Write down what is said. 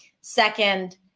second